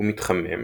ומתחמם,